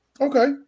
Okay